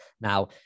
Now